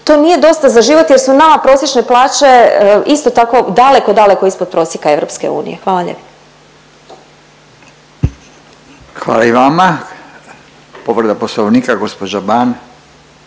to nije dosta za život jer su nama prosječne plaće, isto tako daleko, daleko ispod prosjeka EU. Hvala lijepo. **Radin, Furio